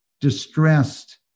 distressed